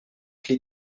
qu’il